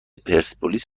پرسپولیس